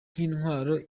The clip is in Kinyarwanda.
nk’intwaro